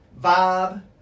vibe